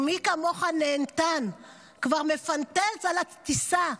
ומי כמוך נהנתן כבר מפנטז על הטיסה,